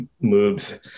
moves